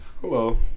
Hello